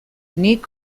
nik